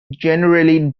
generally